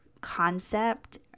concept